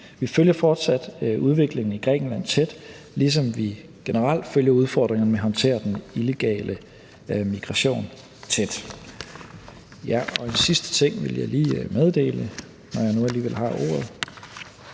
Vi følger fortsat udviklingen i Grækenland tæt, ligesom vi generelt følger udfordringerne med at håndtere den illegale migration tæt. En sidste ting jeg lige vil meddele, når jeg nu alligevel har ordet,